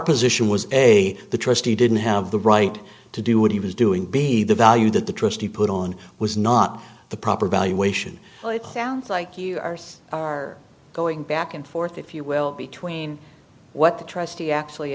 position was a the trustee didn't have the right to do what he was doing b the value that the trustee put on was not the proper valuation well it sounds like you are so are going back and forth if you will between what the trustee actually